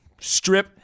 Strip